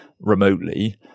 remotely